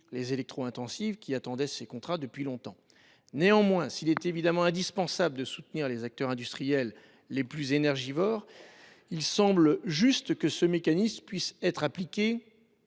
« électro intensives » qui attendaient ces contrats d’achat depuis longtemps. Néanmoins, s’il est indispensable de soutenir les acteurs industriels les plus énergivores, il semble juste que ce mécanisme puisse être appliqué